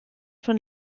von